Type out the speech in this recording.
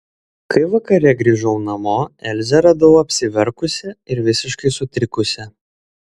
kai vakare grįžau namo elzę radau apsiverkusią ir visiškai sutrikusią